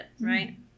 right